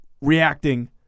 reacting